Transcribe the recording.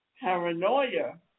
paranoia